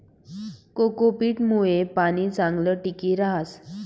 cocopeat मुये पाणी चांगलं टिकी रहास